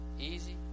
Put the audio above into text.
easy